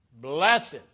Blessed